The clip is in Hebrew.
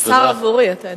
השר עבורי, אתה יודע.